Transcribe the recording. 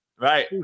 Right